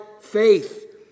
faith